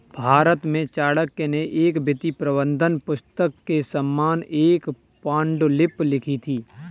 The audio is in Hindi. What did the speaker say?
भारत में चाणक्य ने एक वित्तीय प्रबंधन पुस्तक के समान एक पांडुलिपि लिखी थी